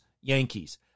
Yankees